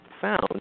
found